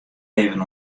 even